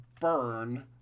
Burn